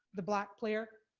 the black player.